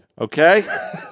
Okay